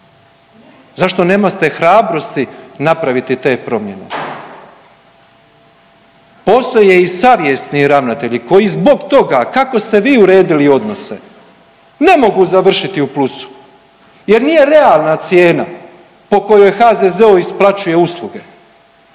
Zašto nemate hrabrosti napraviti te promjene? Postoje i savjesni ravnatelji koji zbog toga kako ste vi uredili odnose ne mogu završiti u plusu jer nije realna cijena po kojoj HZZO isplaćuje usluge,